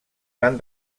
van